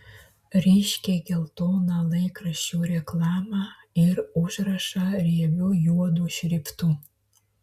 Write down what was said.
ryškiai geltoną laikraščio reklamą ir užrašą riebiu juodu šriftu